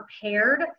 prepared